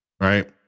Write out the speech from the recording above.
right